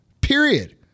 period